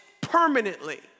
permanently